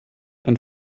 and